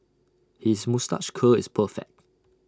his moustache curl is perfect